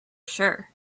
sure